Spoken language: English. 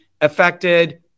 affected